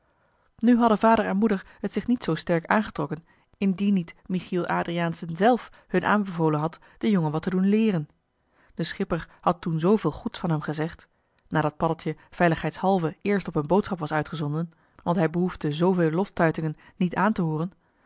nu hadden vader en moeder t zich niet zoo sterk aangetrokken indien niet michiel adriaensen zelf hun aanbevolen had den jongen wat te doen leeren de schipper had toen zooveel goeds van hem gezegd nadat paddeltje veiligheidshalve eerst op een boodschap was uitgezonden want hij behoefde zooveel loftuitingen joh h been paddeltje de scheepsjongen van michiel de ruijter niet aan te hooren